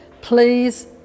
Please